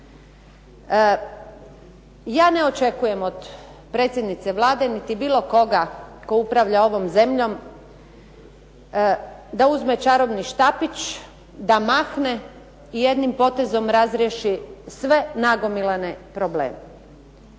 Ja ne očekujem od predsjednice Vlade niti bilo koga tko upravlja ovom zemljom da uzme čarobni štapić, da mahne i jednim potezom razriješi sve nagomilane probleme.